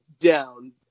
down